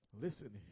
listen